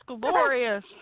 glorious